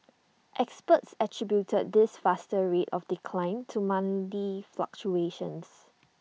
experts attributed this faster rate of decline to monthly fluctuations